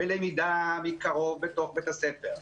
בלמידה מקרוב בתוך בית-הספר.